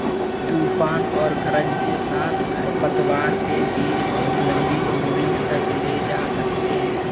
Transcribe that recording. तूफान और गरज के साथ खरपतवार के बीज बहुत लंबी दूरी तक ले जा सकते हैं